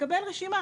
לקבל רשימה